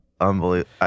Unbelievable